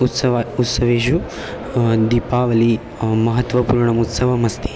उत्सवात् उत्सवेषु दीपावली महत्त्वपूर्णम् उत्सवमस्ति